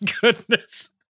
goodness